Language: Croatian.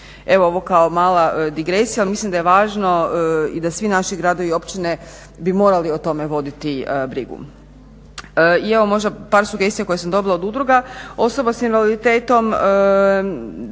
Evo ovo kao mala digresija, ali mislim da je važno da svi naši gradovi i općine bi morali o tome voditi brigu. I evo možda par sugestija koje sam dobila od udruga osoba s invaliditetom,